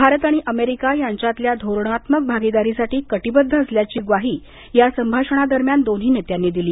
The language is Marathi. भारत आणि अमेरिका यांच्यातल्या धोरणात्मक भागीदारीसाठी कटिबद्ध असल्याचं या संभाषणादरम्यान दोन्ही नेत्यांनी सांगितलं